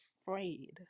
afraid